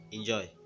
Enjoy